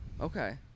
okay